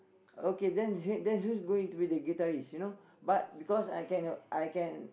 okay then then who's going to be the guitarist you know but because I can I can